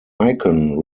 icon